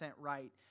right